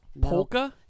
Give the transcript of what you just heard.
Polka